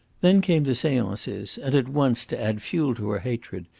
then came the seances, and at once, to add fuel to her hatred,